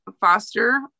foster